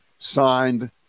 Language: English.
Signed